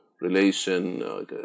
relation